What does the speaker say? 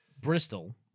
Bristol